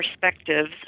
perspectives